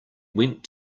went